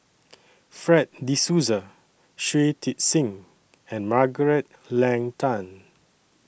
Fred De Souza Shui Tit Sing and Margaret Leng Tan